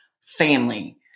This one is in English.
Family